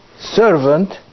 servant